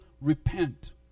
repent